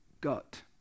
gut